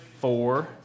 four